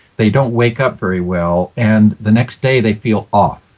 they don't wake up very well. and the next day, they feel off.